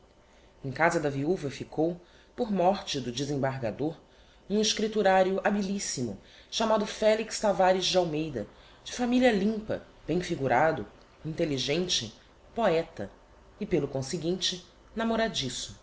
em casa da viuva ficou por morte do desembargador um escripturario habilissimo chamado felix tavares de almeida de familia limpa bem figurado intelligente poeta e pelo conseguinte